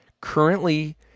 Currently